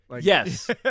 Yes